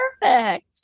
perfect